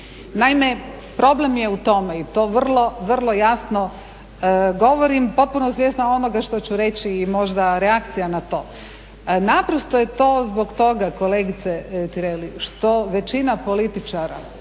Naime problem je u tome i to vrlo jasno govorim, potpuno svjesna onoga što ću reći i možda reakcija na to. Naprosto je to zbog toga kolegice Tireli što većina političara,